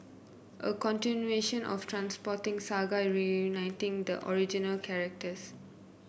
a continuation of Trainspotting saga reuniting the original characters